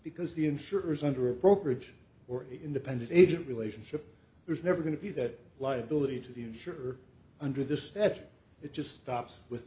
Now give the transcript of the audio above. because the insurers under a brokerage or independent agent relationship there's never going to be that liability to the insurer under this statute it just stops with